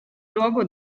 luogo